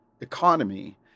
economy